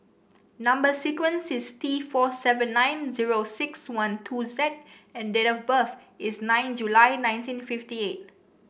number sequence is T four seven nine zero six one two Z and date of birth is nine July nineteen fifty eight